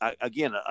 Again